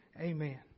Amen